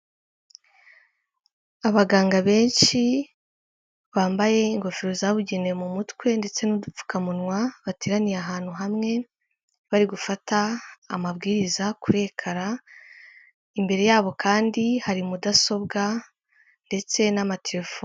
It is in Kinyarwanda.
Abaganga benshi, bambaye ingofero zabugenewe mu mutwe ndetse n'udupfukamunwa, bateraniye ahantu hamwe, bari gufata amabwiriza, kuri ekara, imbere yabo kandi hari mudasobwa ndetse n'amaterefoni